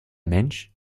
mensch